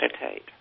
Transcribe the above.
meditate